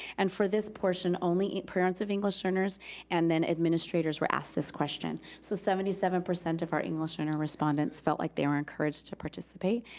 and for this portion only, parents of english learners and then administrators were asked this question. so seventy seven percent of our english learner respondents felt like they were encouraged to participate,